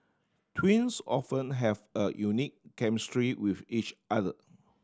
twins often have a unique chemistry with each other